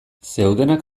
zeudenak